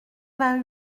vingt